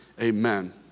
amen